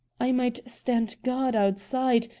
i might stand guard outside,